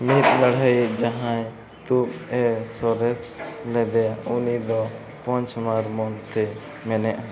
ᱢᱤᱫ ᱞᱟᱹᱲᱦᱟᱹᱭᱤᱡ ᱡᱟᱦᱟᱸᱭ ᱛᱩᱵ ᱮ ᱥᱚᱨᱮᱥ ᱞᱮᱫᱮᱭᱟ ᱩᱱᱤᱫᱚ ᱢᱮᱱᱟ